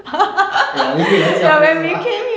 ya 因为你要贾飞是吗